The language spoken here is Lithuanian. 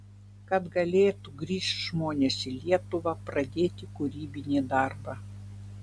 kad galėtų grįžt žmonės į lietuvą pradėti kūrybinį darbą